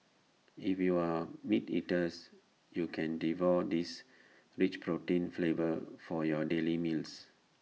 if you are meat eaters you can devour this rich protein flavor for your daily meals